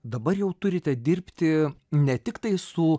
dabar jau turite dirbti ne tiktai su